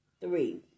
three